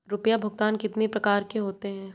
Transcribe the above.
रुपया भुगतान कितनी प्रकार के होते हैं?